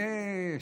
יש,